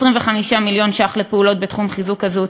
25 מיליון ש"ח לפעולות בתחום חיזוק הזהות